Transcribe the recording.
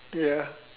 ya